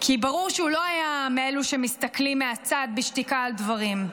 כי ברור שהוא לא היה מאלו שמסתכלים מהצד בשתיקה על דברים,